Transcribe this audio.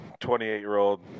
28-year-old